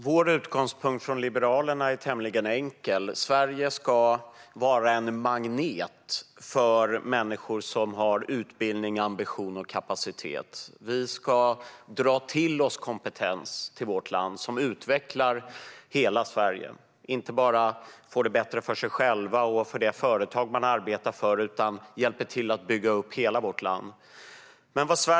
Fru talman! Liberalernas utgångspunkt är tämligen enkel. Sverige ska vara en magnet för människor som har utbildning, ambition och kapacitet. Vi ska dra till oss kompetens till vårt land som utvecklar hela Sverige, inte bara så att det blir bättre för dem själva och det företag de arbetar på utan så att det hjälper till att bygga upp hela landet.